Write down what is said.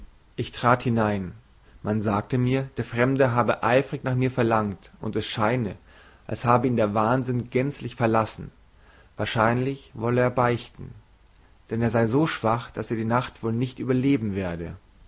ich trat hinein man sagte mir der fremde habe eifrig nach mir verlangt und es scheine als habe ihn der wahnsinn gänzlich verlassen wahrscheinlich wolle er beichten denn er sei so schwach daß er die nacht wohl nicht überleben werde